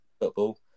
football